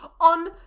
on